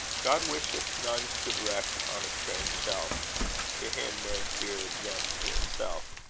god wisheth none should wreck on a strange shelf to him man's dearer than to himself.